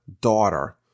daughter